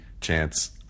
chance